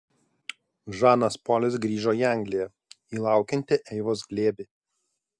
žanas polis grįžo į angliją į laukiantį eivos glėbį